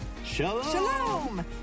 Shalom